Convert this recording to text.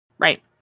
Right